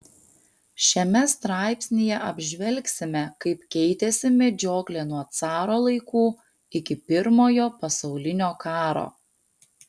šiame straipsnyje apžvelgsime kaip keitėsi medžioklė nuo caro laikų iki pirmojo pasaulinio karo